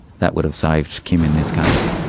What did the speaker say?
that would have saved kim in this case.